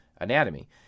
anatomy